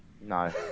No